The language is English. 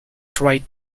tried